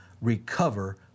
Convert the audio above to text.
recover